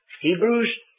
Hebrews